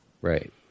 Right